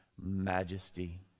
majesty